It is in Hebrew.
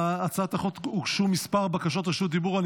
להצעת החוק הוגשו כמה בקשות רשות דיבור.